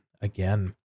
again